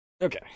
Okay